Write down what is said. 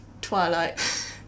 Twilight